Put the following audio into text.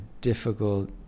difficult